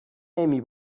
نمی